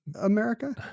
America